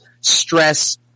stress